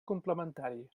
complementari